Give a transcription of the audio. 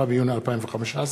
10 ביוני 2015,